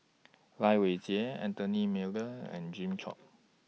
Lai Weijie Anthony Miller and Jimmy Chok